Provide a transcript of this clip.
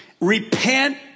Repent